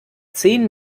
zehn